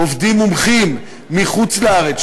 עובדים מומחים מחוץ-לארץ,